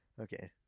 Okay